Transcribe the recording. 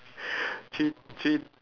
three three